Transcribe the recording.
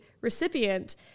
recipient